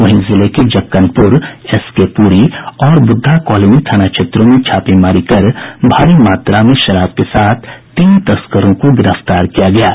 वहीं जिले के जक्कनपुर एस के पुरी और बुद्धा कॉलोनी थाना क्षेत्रों में छापेमारी कर भारी मात्रा में शराब के साथ तीन तस्करों को गिरफ्तार किया गया है